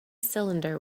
cylinder